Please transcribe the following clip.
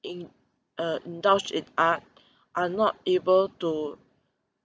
in uh indulge in art are not able to